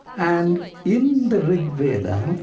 and in the rig veda,